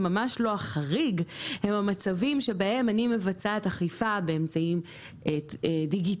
ממש לא החריג אלא הם המצבים בהם אני מבצעת אכיפה באמצעים דיגיטליים,